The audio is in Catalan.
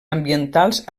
ambientals